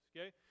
Okay